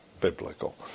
Biblical